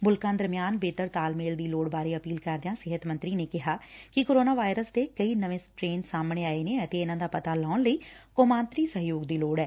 ਮੁਲਕਾਂ ਦਰਮਿਆਨ ਬਿਹਤਰ ਤਾਲਮੇਲ ਦੀ ਲੋੜ ਬਾਰੇ ਅਪੀਲ ਕਰਦਿਆਂ ਸਿਹਤ ਮੰਤਰੀ ਨੇ ਕਿਹਾ ਕਿ ਕੋਰੋਨਾ ਵਾਇਰਸ ਦੇ ਕਈ ਨਵੇਂ ਸਟਰੇਨ ਸਾਹਮਣੇ ਆਏ ਨੇ ਅਤੇ ਇਨੂਾਂ ਦਾ ਪਤਾ ਲਗਾਉਣ ਲਈ ਕੌਮਾਂਤਰੀ ਸਹਿਯੋਗ ਦੀ ਲੋੜ ਐ